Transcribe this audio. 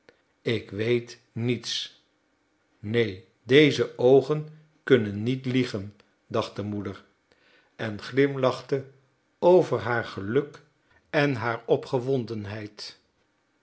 ik weet niets neen deze oogen kunnen niet liegen dacht de moeder en glimlachte over haar geluk en haar